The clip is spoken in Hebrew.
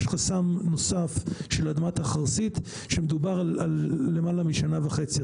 יש חסם נוסף של אדמת החרסית שמדובר על למעלה משנה וחצי.